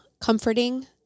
comforting